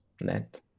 net